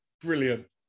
Brilliant